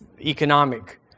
economic